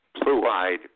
blue-eyed